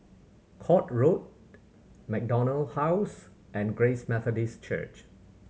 Court Road MacDonald House and Grace Methodist Church